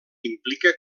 implica